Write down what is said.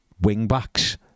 wing-backs